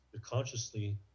consciously